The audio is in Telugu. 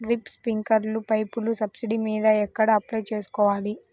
డ్రిప్, స్ప్రింకర్లు పైపులు సబ్సిడీ మీద ఎక్కడ అప్లై చేసుకోవాలి?